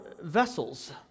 vessels